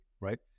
right